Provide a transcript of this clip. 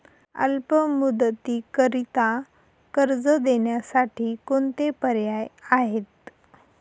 अल्प मुदतीकरीता कर्ज देण्यासाठी कोणते पर्याय आहेत?